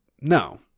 no